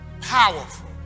powerful